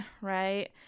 right